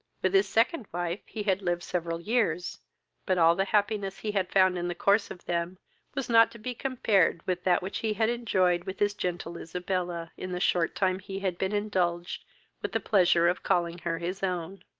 with his second wife he had lived several years but all the happiness he had found in the course of them was not to be compared with that which he had enjoyed with his gentle isabella, in the short time he had been indulged with the pleasure of calling her his own.